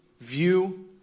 view